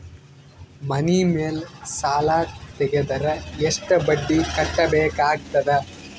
ಮನಿ ಮೇಲ್ ಸಾಲ ತೆಗೆದರ ಎಷ್ಟ ಬಡ್ಡಿ ಕಟ್ಟಬೇಕಾಗತದ?